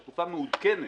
לתקופה מעודכנת.